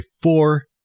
four